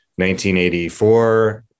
1984